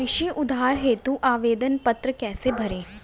कृषि उधार हेतु आवेदन पत्र कैसे भरें?